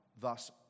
thus